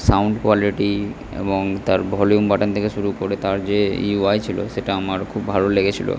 sound quality এবং তার volume button থেকে শুরু করে তার যে ইউ আই ছিল সেটা আমার খুব ভালো লেগেছিল